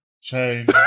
change